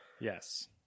Yes